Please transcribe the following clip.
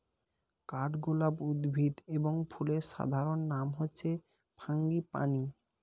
কাঠগোলাপ উদ্ভিদ এবং ফুলের সাধারণ নাম হচ্ছে ফ্রাঙ্গিপানি